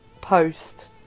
post